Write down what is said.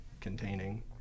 containing